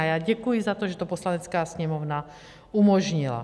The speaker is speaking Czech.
Já děkuji za to, že to Poslanecká sněmovna umožnila.